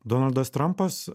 donaldas trampas